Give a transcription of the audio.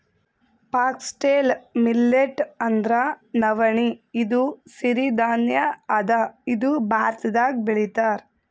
foxtail millet ಅಂದ್ರ ನವಣಿ ಇದು ಸಿರಿ ಧಾನ್ಯ ಅದಾ ಇದು ಭಾರತ್ದಾಗ್ ಬೆಳಿತಾರ್